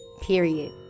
Period